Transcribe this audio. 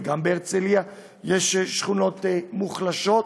וגם בהרצליה יש שכונות מוחלשות,